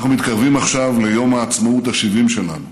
אנחנו מתקדמים עכשיו ליום העצמאות ה-70 שלנו.